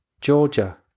Georgia